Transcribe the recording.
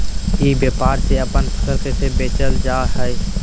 ई व्यापार से अपन फसल कैसे बेचल जा हाय?